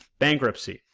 bankruptcy,